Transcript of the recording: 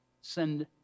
send